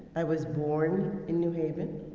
i was born in new haven,